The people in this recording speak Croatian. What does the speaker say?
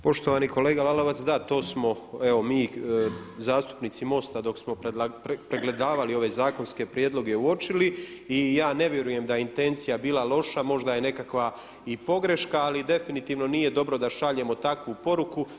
Poštovani kolega Lalovac, da to smo evo mi zastupnici MOST-a dok smo pregledavali ove zakonske prijedloge uočili i ja ne vjerujem da je intencija bila loša, možda je nekakva i pogreška ali definitivno nije dobro da šaljemo takvu poruku.